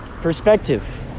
perspective